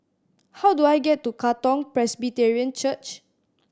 how do I get to Katong Presbyterian Church